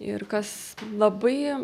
ir kas labai